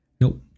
Nope